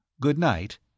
Good-night